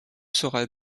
sera